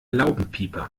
laubenpieper